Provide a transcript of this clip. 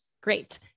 Great